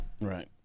Right